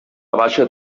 baixa